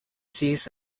sees